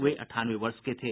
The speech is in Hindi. वे अठानवे वर्ष के थे